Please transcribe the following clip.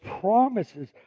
promises